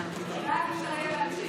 תגיד "לוחמות", ואז אפשר יהיה להמשיך.